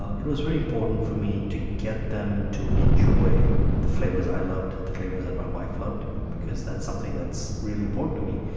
it was very important for me to get them to enjoy the flavors i loved, the flavors that my wife loved, because that's something that's really important to me.